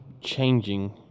changing